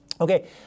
Okay